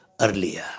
earlier